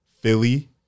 Philly